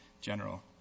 General